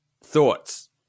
Thoughts